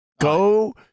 Go